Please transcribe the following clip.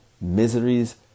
miseries